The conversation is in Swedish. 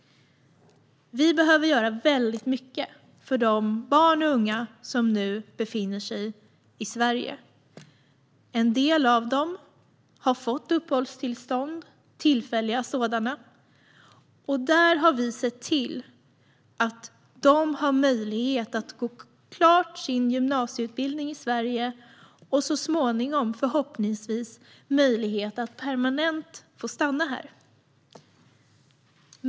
Vi behöver göra väldigt mycket för de barn och unga som nu befinner sig i Sverige. En del av dem har fått uppehållstillstånd - tillfälliga sådana. Vi har sett till att de har möjlighet att gå klart sin gymnasieutbildning i Sverige och så småningom, förhoppningsvis, har möjlighet att permanent få stanna här.